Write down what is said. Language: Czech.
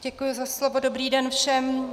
Děkuji za slovo, dobrý den všem.